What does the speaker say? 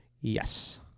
Yes